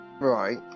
Right